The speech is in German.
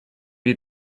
wir